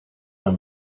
him